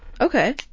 Okay